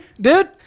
dude